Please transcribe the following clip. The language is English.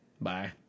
Bye